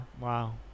wow